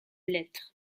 lettres